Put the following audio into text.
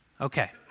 Okay